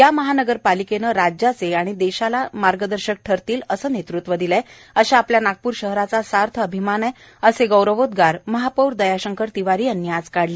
या महानगरपालिकेने राज्याचे आणि देशाला मार्गदर्शक ठरतील असे नेतृत्व दिले आहे अशा आपल्या नागपूर शहराचा सार्थ अभिमान आहे असे गौरवोद्गार महापौर दयाशंकर तिवारी यांनी काढले